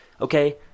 Okay